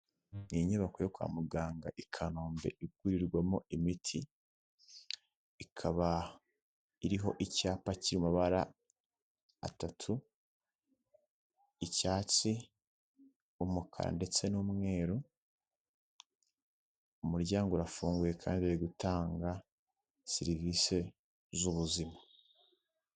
Ni inyubako yo kwa muganga i Kanombe igurirwamo imiti, ikaba iriho icyapa cy'amabara atatu, icyatsi, umukara ndetse n'umweru, umuryango urafunguye kandi barigutanga serivise z'ubuzima.